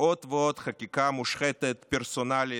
עוד ועוד חקיקה מושחתת, פרסונלית,